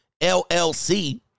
LLC